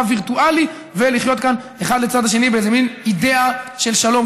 וירטואלי ולחיות כאן אחד לצד השני באיזה מין אידיאה של שלום.